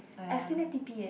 I stay near T_P eh